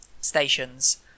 stations